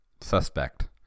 Suspect